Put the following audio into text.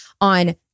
on